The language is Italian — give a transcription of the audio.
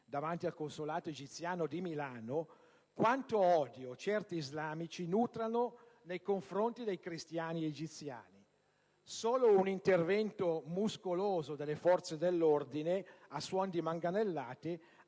davanti al consolato egiziano di Milano, quanto odio certi islamici nutrano nei confronti dei cristiani egiziani: solo un intervento muscoloso delle forze dell'ordine, a suon di manganellate,